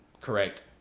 Correct